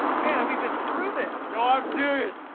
santa, we've been through this. so i'm serious,